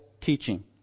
teaching